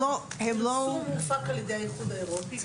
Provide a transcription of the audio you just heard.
היישום הופק על ידי האיחוד האירופי.